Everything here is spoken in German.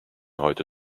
heute